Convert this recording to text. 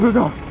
go,